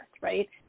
Right